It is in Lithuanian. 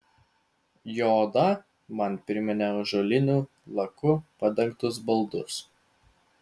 jo oda man priminė ąžuoliniu laku padengtus baldus